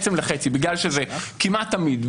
כך זה כמעט תמיד.